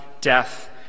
death